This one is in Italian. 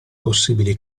possibili